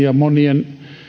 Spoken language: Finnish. ja monien